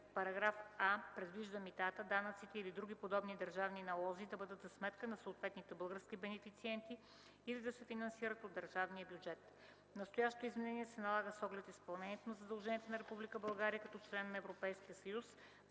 параграф „а” предвижда митата, данъците или други подобни държавни налози да бъдат за сметка на съответните български бенефициенти или да се финансират от държавния бюджет. Настоящото изменение се налага с оглед изпълнението на задълженията на Република България като член на Европейския съюз